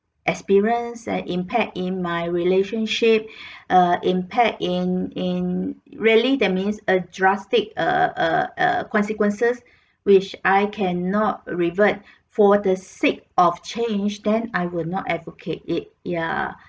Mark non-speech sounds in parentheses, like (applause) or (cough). experience an impact in my relationship (breath) err impact in in really that means a drastic err err err consequences (breath) which I cannot revert (breath) for the sake of change then I will not advocate it yeah